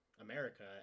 America